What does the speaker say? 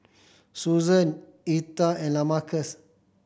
Susann Etha and Lamarcus